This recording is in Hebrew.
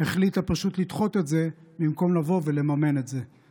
החליטה פשוט לדחות את זה במקום לבוא ולממן את זה,